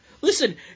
Listen